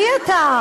מי אתה?